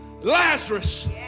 Lazarus